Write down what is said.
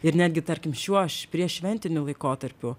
ir netgi tarkim šiuo š prieššventiniu laikotarpiu